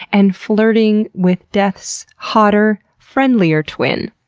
and flirting with death's hotter, friendlier twin.